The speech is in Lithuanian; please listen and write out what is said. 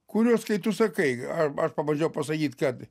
kuriuos kai tu sakai ar aš pabandžiau pasakyt kad